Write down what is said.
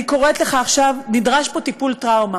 אני קוראת לך עכשיו: נדרש פה טיפול טראומה,